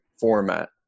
format